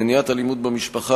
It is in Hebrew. מניעת אלימות במשפחה,